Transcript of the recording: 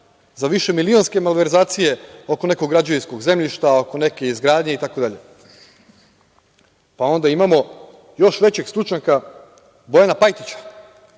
za višemilionske malverzacije oko nekog građevinskog zemljišta, oko neke izgradnje, itd. Onda imamo još većeg stručnjaka, Bojana Pajtića.